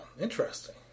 interesting